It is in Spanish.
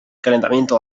calentamiento